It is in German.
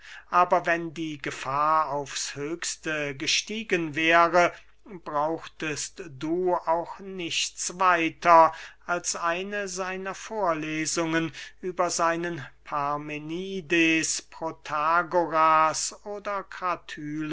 aber wenn die gefahr aufs höchste gestiegen wäre brauchtest du auch nichts weiter als eine seiner vorlesungen über seinen parmenides protagoras oder